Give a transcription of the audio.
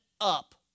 up